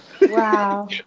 Wow